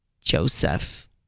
Joseph